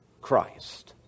Christ